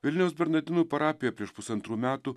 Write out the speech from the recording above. vilniaus bernardinų parapijoj prieš pusantrų metų